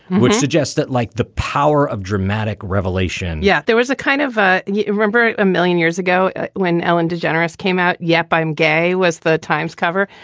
which suggests that like the power of dramatic revelation yeah, there was a kind of ah yeah a remember a million years ago when ellen degeneres came out. yep, i'm gay. was that time's cover?